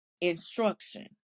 instruction